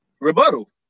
rebuttal